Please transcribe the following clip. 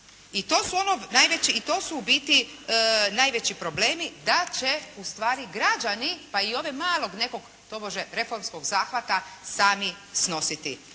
i to su u biti, najveći problemi da će ustvari građani, pa i ove malog nekog, tobože reformskog zahvata sami snositi,